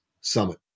summit